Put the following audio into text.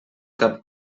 cap